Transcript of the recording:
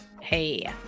hey